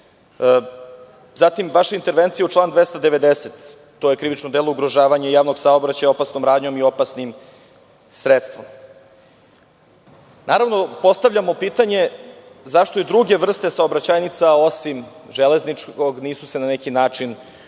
vaša intervencija u članu 290, to je krivično delo ugrožavanja javnog saobraćaja opasnom radnjom i opasnim sredstvom. Naravno, postavljamo pitanje – zašto se i druge vrste saobraćajnica, osim železničkog, na neki način nisu